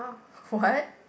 what